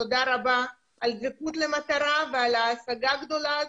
תודה רבה על הדבקות במטרה ועל ההישג הגדול הזה